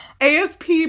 asp